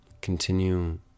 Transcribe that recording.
continue